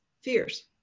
Fears